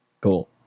cool